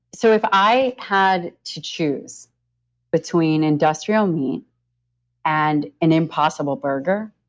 so if i had to choose between industrial meat and an impossible burger,